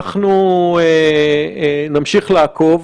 אנחנו נמשיך לעקוב,